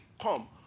come